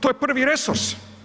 To je prvi resurs.